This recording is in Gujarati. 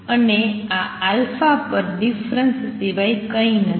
અને આ પર ડિફરન્સ સિવાય કંઈ નથી